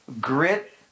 grit